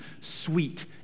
sweet